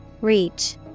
Reach